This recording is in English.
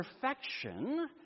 perfection